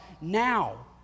now